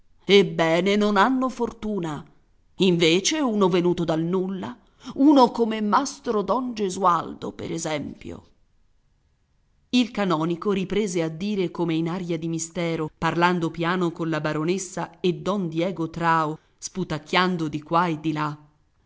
ebbene non hanno fortuna invece uno venuto dal nulla uno come mastro don gesualdo per esempio il canonico riprese a dire come in aria di mistero parlando piano con la baronessa e don diego trao sputacchiando di qua e di là